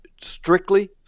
strictly